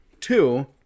two